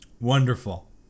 Wonderful